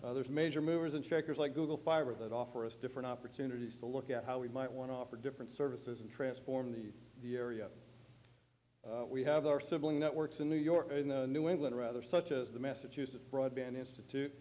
others major movers and shakers like google fiber that offer us different opportunities to look at how we might want to offer different services and transform the area we have our civil networks in new york new england or other such as the massachusetts broadband institute